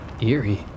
Eerie